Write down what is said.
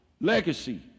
legacy